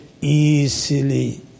easily